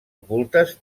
ocultes